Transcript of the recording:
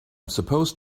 supposed